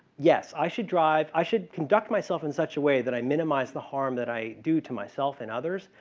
yes, i should drive i should conduct myself in such a way that i minimize the harm that i do to myself and others.